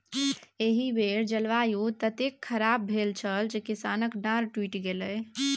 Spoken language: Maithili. एहि बेर जलवायु ततेक खराप भेल छल जे किसानक डांर टुटि गेलै